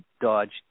Dodge